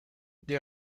they